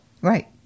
Right